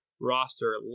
roster